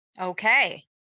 Okay